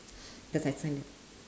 cause I sign the